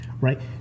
right